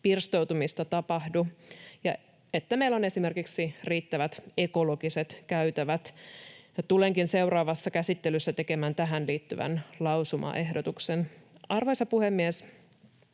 pirstoutumista tapahdu ja että meillä on esimerkiksi riittävät ekologiset käytävät. Tulenkin seuraavassa käsittelyssä tekemään tähän liittyvän lausumaehdotuksen. Arvoisa puhemies!